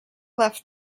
left